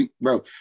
Bro